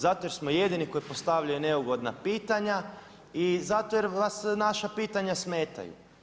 Zato jer smo jedini koji postavljaju neugodna pitanja i zato jer vas naša pitanja smetaju.